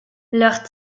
leurs